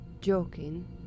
joking